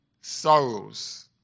sorrows